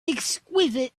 exquisite